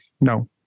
No